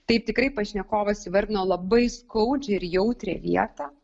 taip tikrai pašnekovas vertino labai skaudžią ir jautrią vietą